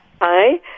Hi